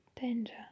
danger